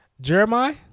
Jeremiah